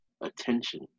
attention